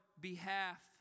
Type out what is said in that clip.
behalf